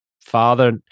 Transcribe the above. father